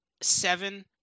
Seven